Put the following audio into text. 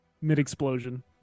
Mid-explosion